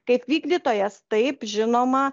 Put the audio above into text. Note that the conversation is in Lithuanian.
kaip vykdytojas taip žinoma